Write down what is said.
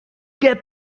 get